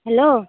hello